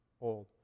old